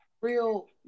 real